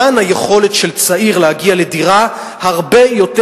כאן היכולת של צעיר להגיע לדירה הרבה יותר